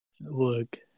Look